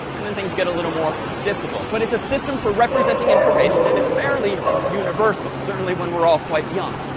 and then things get a little more difficult. but it's a system for representing information and it's fairly universal, certainly when we're all quite young.